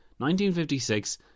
1956